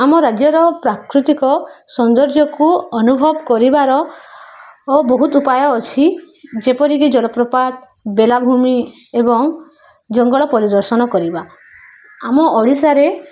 ଆମ ରାଜ୍ୟର ପ୍ରାକୃତିକ ସୌନ୍ଦର୍ଯ୍ୟକୁ ଅନୁଭବ କରିବାର ବହୁତ ଉପାୟ ଅଛି ଯେପରିକି ଜଳପ୍ରପାତ ବେଳାଭୂମି ଏବଂ ଜଙ୍ଗଲ ପରିଦର୍ଶନ କରିବା ଆମ ଓଡ଼ିଶାରେ